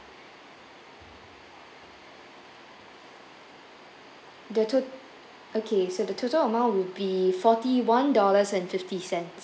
the tot~ okay so the total amount will be forty one dollars and fifty cents